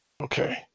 Okay